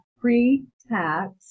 pre-tax